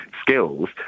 skills